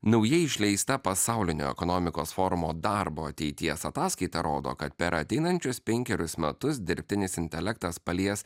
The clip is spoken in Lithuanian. naujai išleista pasaulinio ekonomikos forumo darbo ateities ataskaita rodo kad per ateinančius penkerius metus dirbtinis intelektas palies